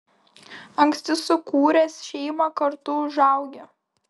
anksti sukūręs šeimą kartu užaugi